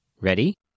Ready